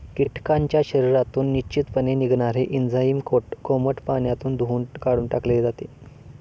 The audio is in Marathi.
कीटकांच्या शरीरातून निश्चितपणे निघणारे एन्झाईम कोमट पाण्यात धुऊन काढून टाकले जाते